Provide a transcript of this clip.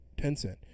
Tencent